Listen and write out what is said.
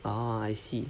ah I see